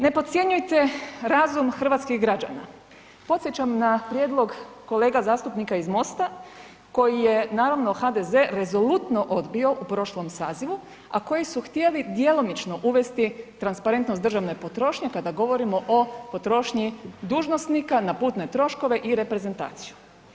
Ne podcjenjujte razum hrvatskih građana, podsjećam na prijedlog kolega zastupnika iz MOST-a koji je naravno HDZ rezolutno odbio u prošlom sazivu, a koji su htjeli djelomično uvesti transparentnost državne potrošnje kada govorimo o potrošnji dužnosnika na putne troškove i reprezentaciju.